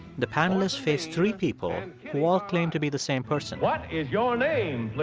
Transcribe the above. the panelists face three people who all claim to be the same person what is your name, like